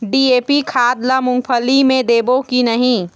DAP खाद ला मुंगफली मे देबो की नहीं?